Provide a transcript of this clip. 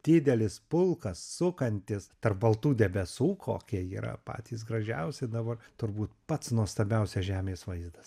didelis pulkas sukantis tarp baltų debesų kokie yra patys gražiausi dabar turbūt pats nuostabiausias žemės vaizdas